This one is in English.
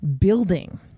building